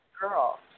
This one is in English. girl